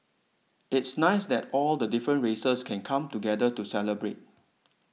it's nice that all the different races can come together to celebrate